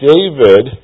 David